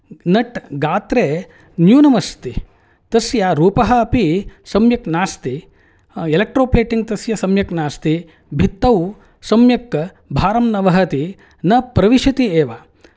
nut गात्रे न्यूनमस्ति तस्य रूपः अपि सम्यक् नास्ति एलेक्ट्रो प्लेटिंग् तस्य सम्यक् नास्ति भित्तौ सम्यक् भारं न वहति न प्रविशति एव